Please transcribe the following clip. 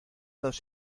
dos